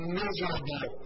miserable